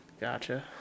Gotcha